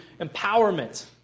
empowerment